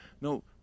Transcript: no